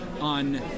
on